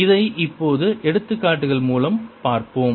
இதை இப்போது எடுத்துக்காட்டுகள் மூலம் பார்ப்போம்